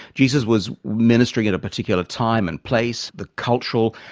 jesus was ministering at a particular time and place the cultural,